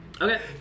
Okay